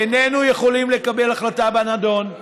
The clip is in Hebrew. איננו יכולים לקבל החלטה בנדון,